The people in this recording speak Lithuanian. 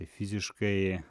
tai fiziškai